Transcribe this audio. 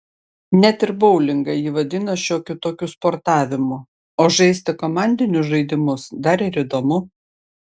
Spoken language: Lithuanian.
net ir boulingą ji vadina šiokiu tokiu sportavimu o žaisti komandinius žaidimus dar ir įdomu